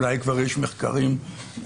אולי כבר יש מחקרים אחרים